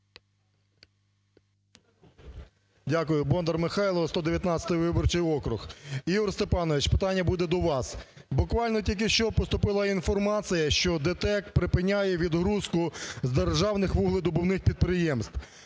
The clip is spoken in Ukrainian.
Дякую. Бондар Михайло, 119 виборчий округ. Ігор Степанович, питання буде до вас. Буквально тільки що поступила інформація, що ДТЕК припиняєвідгрузку з державних вугледобувних підприємств.